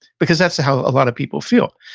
because, that's how a lot of people feel.